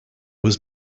was